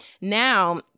now